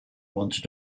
wanted